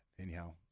Anyhow